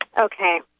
Okay